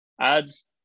ads